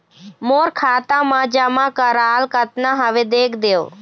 मोर खाता मा जमा कराल कतना हवे देख देव?